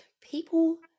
people